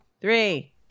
three